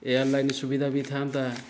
air line ସୁବିଧା ବି ଥାଆନ୍ତା